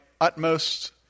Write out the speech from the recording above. Utmost